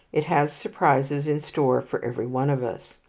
it has surprises in store for every one of us.